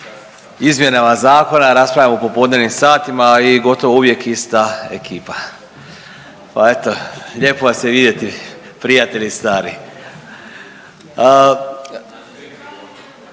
izmjenama zakona raspravljamo u popodnevnim satima i gotovo uvijek ista ekipa, pa eto lijepo vas je vidjeti prijatelji stari.